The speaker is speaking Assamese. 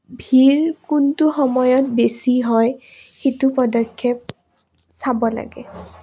ভিৰ কোনটো সময়ত বেছি হয় সেইটো পদক্ষেপ চাব লাগে